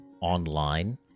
online